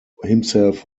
himself